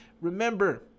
Remember